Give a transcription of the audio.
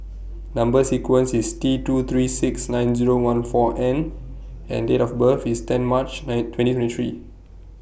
Number sequence IS T two three six nine Zero one four N and Date of birth IS ten March twenty twenty three